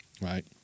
Right